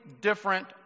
different